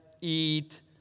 eat